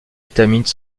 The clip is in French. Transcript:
étamines